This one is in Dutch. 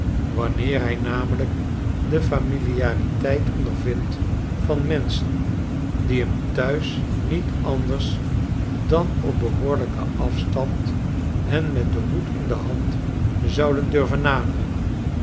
wanneer hij namelijk de familiariteit ondervindt van menschen die hem thuis niet anders dan op behoorlijken afstand en met den hoed in de hand zouden durven naderen